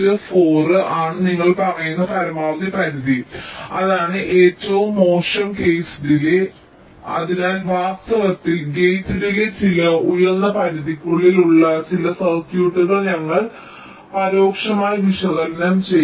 4 ആണ് നിങ്ങൾ പറയുന്ന പരമാവധി പരിധി അതാണ് ഏറ്റവും മോശം കേസ് ഡിലേയ് ശരിയാണ് അതിനാൽ വാസ്തവത്തിൽ ഗേറ്റ് ഡിലേയ് ചില ഉയർന്ന പരിധിക്കുള്ളിൽ ഉള്ള ചില സർക്യൂട്ടുകൾ ഞങ്ങൾ പരോക്ഷമായി വിശകലനം ചെയ്യുന്നു